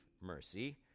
mercy